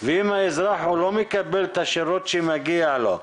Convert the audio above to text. ואם האזרח לא מקבל את השירות שמגיע לו,